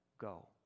go